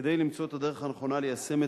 כדי למצוא את הדרך הנכונה ליישם את